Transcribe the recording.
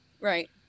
Right